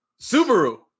Subaru